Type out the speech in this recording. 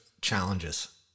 challenges